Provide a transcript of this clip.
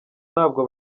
ntabwo